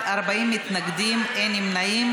ציפי לבני,